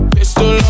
Pistol